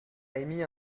émis